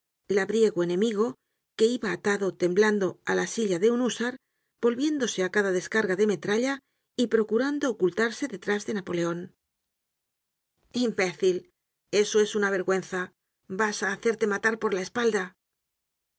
labriego enemigo que iba atado temblando á la silla de un húsar volviéndose á cada descarga de metralla y procurando ocultarse detrás de napoleon imbécil eso es una vergüenza vas á hacerte matar por la espalda